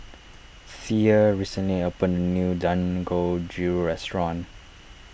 thea recently opened a new Dangojiru restaurant